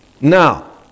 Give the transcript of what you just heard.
Now